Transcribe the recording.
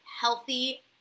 healthy